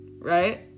Right